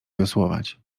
wiosłować